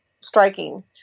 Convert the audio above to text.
striking